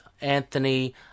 Anthony